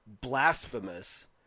blasphemous